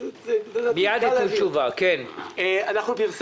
אני אתן תשובה.